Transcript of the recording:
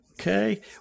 okay